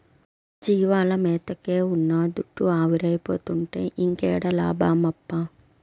జీవాల మేతకే ఉన్న దుడ్డు ఆవిరైపోతుంటే ఇంకేడ లాభమప్పా